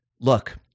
Look